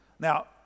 Now